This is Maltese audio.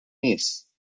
nies